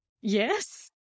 Yes